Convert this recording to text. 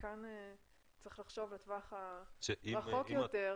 שמכאן צריך לחשוב לטווח הרחוק יותר.